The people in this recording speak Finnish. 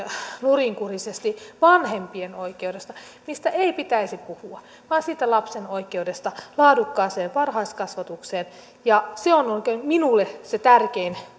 nurinkurisesti vanhempien oikeudesta mistä ei pitäisi puhua vaan siitä lapsen oikeudesta laadukkaaseen varhaiskasvatukseen ja se on minulle se tärkein